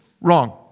Wrong